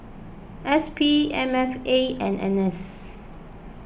S P M F A and N S